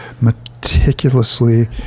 meticulously